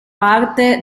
parte